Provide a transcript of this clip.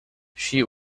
she